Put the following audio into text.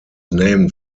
named